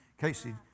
Casey